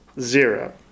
zero